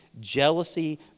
jealousy